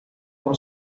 por